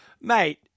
Mate